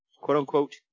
quote-unquote